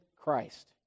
Christ